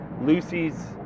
Lucy's